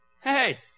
hey